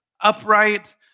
upright